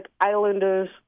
islanders